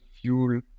fuel